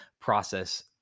process